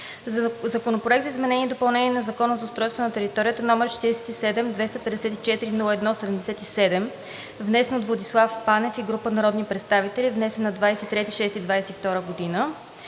Законопроект за изменение и допълнение на Закона за устройство на територията, № 47-254-01-77, внесен от Владислав Панев и група народни представители, внесен на 23 юни 2022 г.;